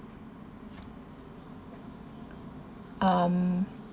um